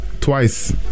Twice